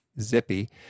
zippy